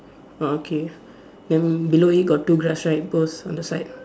orh okay then below it got two grass right both on the side